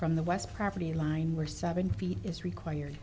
from the west property line where seven feet is required